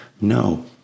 No